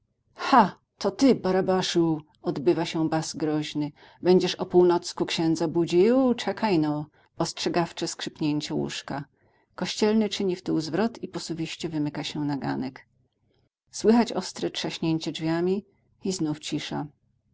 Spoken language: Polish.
to ty barabaszu dobywa się bas groźny bedziesz o północku księdza budził czekaj-no ostrzegawcze skrzypnięcie łóżka kościelny czyni wtył zwrot i posuwiście wymyka się na ganek słychać ostre trzaśnięcie drzwiami i znów cisza